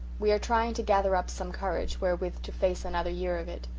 we are trying to gather up some courage wherewith to face another year of it.